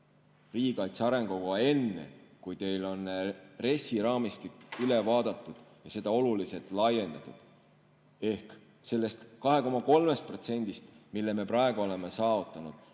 riigikaitse arengukava enne, kui teil on RES‑i raamistik üle vaadatud ja oluliselt laiendatud. Ehk sellest 2,3%‑st, mille me praegu oleme saavutanud,